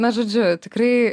na žodžiu tikrai